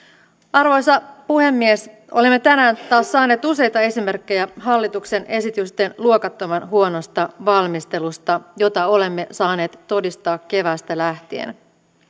arvoisa puhemies olemme tänään taas saaneet useita esimerkkejä hallituksen esitysten luokattoman huonosta valmistelusta jota olemme saaneet todistaa keväästä lähtien